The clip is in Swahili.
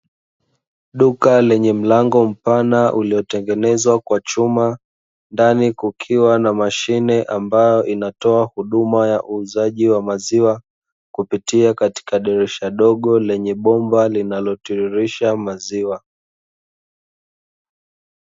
Duka lenye mlango mpana uliotengenezwa kwa chuma, ndani kukiwa na mashine ambayo inatoa huduma ya uuzaji wa maziwa, kupitia katika dirisha dogo lenye bomba linalotiririsha maziwa.